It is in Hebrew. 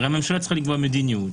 הממשלה צריכה לקבוע מדיניות.